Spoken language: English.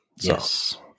Yes